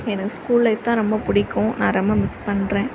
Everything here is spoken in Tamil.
எனக்கு ஸ்கூல் லைஃப் தான் ரொம்ப பிடிக்கும் நான் ரொம்ப மிஸ் பண்ணுறேன்